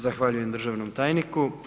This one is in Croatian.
Zahvaljujem državnom tajniku.